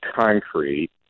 concrete